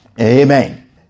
amen